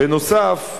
בנוסף,